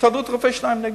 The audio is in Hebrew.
הסתדרות רופאי השיניים נגדי,